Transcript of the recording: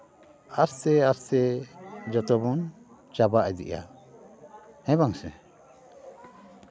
ᱟᱥᱛᱮ ᱟᱥᱛᱮ ᱡᱚᱛᱚᱵᱚᱱ ᱪᱟᱵᱟ ᱤᱫᱤᱜᱼᱟ ᱦᱮᱸ ᱵᱟᱝ ᱥᱮ